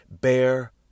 Bear